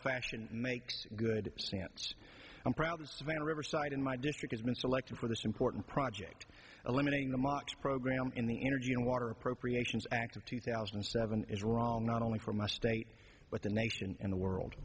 fashion makes good sense i'm proudest of in riverside in my district has been selected for this important project eliminating the march program in the energy and water appropriations act of two thousand and seven is wrong not only for my state but the nation and the world